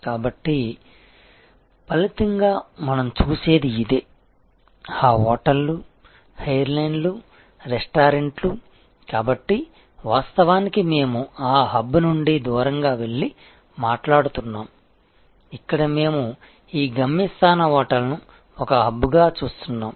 కాబట్టి ఫలితంగా మనం చూసేది ఇదే ఆ హోటళ్లు ఎయిర్లైన్లు రెస్టారెంట్లు కాబట్టి వాస్తవానికి మేము ఆ హబ్ నుండి దూరంగా వెళ్లి మాట్లాడుతున్నాము ఇక్కడ మేము ఈ గమ్యస్థాన హోటల్ను ఒక హబ్గా చూస్తున్నాము